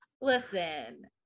Listen